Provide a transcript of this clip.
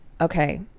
Okay